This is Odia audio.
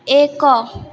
ଏକ